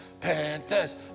Panthers